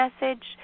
message